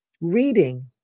Reading